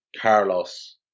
Carlos